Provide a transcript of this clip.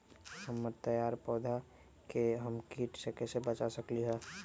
हमर तैयार पौधा के हम किट से कैसे बचा सकलि ह?